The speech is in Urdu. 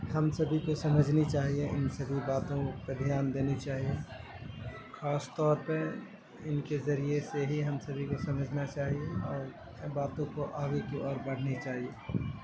ہم سبھی کو سمجھنا چاہیے ان سبھی باتوں پہ دھیان دینا چاہیے خاص طور پہ ان کے ذریعے سے ہی ہم سبھی کو سمجھنا چاہیے اور باتوں کو آگے کی اور بڑھنا چاہیے